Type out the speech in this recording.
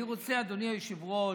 אני רוצה, אדוני היושב-ראש,